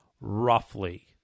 roughly